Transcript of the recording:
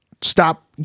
stop